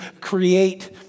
create